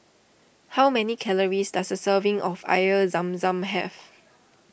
how many calories does a serving of Air Zam Zam have